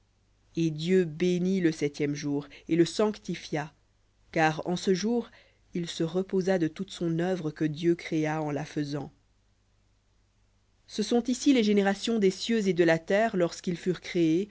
et dieu bénit le septième jour et le sanctifia car en ce jour il se reposa de toute son œuvre que dieu créa en la faisant v ce sont ici les générations des cieux et de la terre lorsqu'ils furent créés